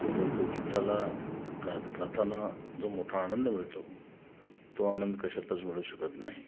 लोकगीताला गा गाताना जो मोठा आनंद मिळतो तो आनंद कशातच मिळू शकत नाही